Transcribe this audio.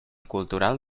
cultural